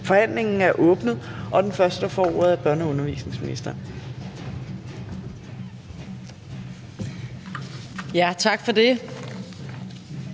Forhandlingen er åbnet, og den første, der får ordet, er børne- og undervisningsministeren.